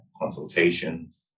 consultations